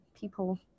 people